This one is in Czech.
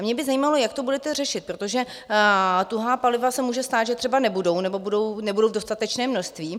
Mě by zajímalo, jak to budete řešit, protože tuhá paliva se může stát, že třeba nebudou nebo nebudou v dostatečném množství?